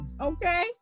Okay